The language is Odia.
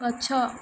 ଗଛ